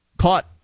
Caught